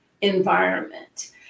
environment